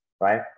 right